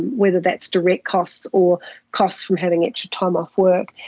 whether that's direct costs or costs from having extra time off work.